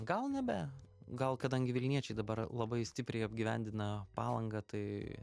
gal nebe gal kadangi vilniečiai dabar labai stipriai apgyvendina palangą tai